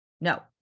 No